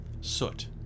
Soot